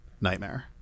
nightmare